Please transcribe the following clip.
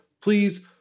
please